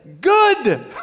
Good